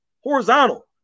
horizontal